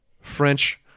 French